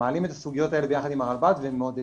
מעלים את הסוגיות האלה יחד עם הרלב"ד ומעודדים